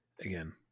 again